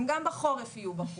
גם בחורף הם יהיו בחוץ,